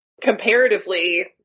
comparatively –